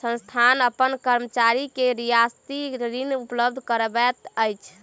संस्थान अपन कर्मचारी के रियायती ऋण उपलब्ध करबैत अछि